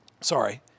sorry